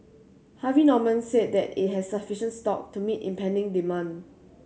Harvey Norman said that it has sufficient stock to meet impending demand